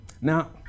Now